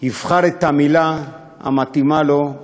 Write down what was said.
יבחר את המילה המתאימה לו,